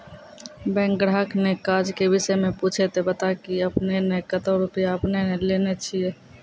Bank ग्राहक ने काज के विषय मे पुछे ते बता की आपने ने कतो रुपिया आपने ने लेने छिए?